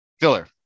Filler